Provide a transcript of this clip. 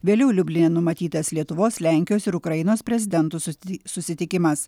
vėliau liubline numatytas lietuvos lenkijos ir ukrainos prezidentu susi susitikimas